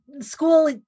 school